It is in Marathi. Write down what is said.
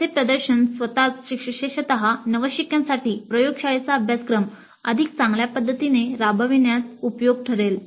असे प्रदर्शन स्वतःच विशेषत नवशिक्यासाठी प्रयोगशाळेचा अभ्यासक्रम अधिक चांगल्या पद्धतीने राबविण्यात उपयुक्त ठरेल